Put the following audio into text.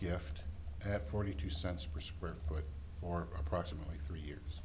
gift have forty two cents per square foot or approximately three years